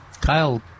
Kyle